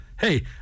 hey